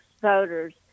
voters